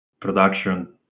production